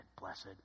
Blessed